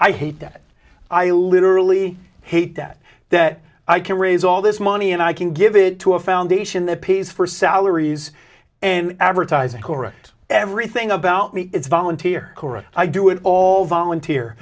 i hate that i literally hate that that i can raise all this money and i can give it to a foundation that pays for salaries and advertising correct everything about me it's volunteer cora i do it all volunteer